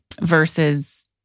versus